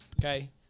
Okay